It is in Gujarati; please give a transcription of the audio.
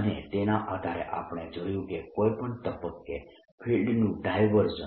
અને તેના આધારે આપણે જોયું કે કોઈ પણ તબક્કે ફિલ્ડ નું ડાયવર્જન્સ